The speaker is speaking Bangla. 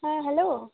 হ্যাঁ হ্যালো